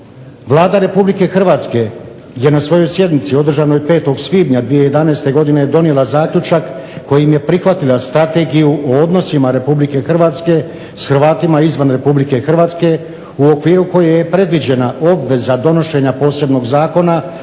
Vlada Republike Hrvatske je na svojoj sjednici održanoj 5. Svibnja 2011. godine donijela zaključak kojim je prihvatila Strategiju o odnosima Republike Hrvatske s Hrvatima izvan Republike Hrvatske u okviru koje je predviđena obveza donošenja posebnog zakona